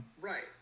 Right